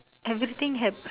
everything happen